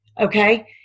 okay